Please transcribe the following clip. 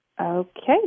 Okay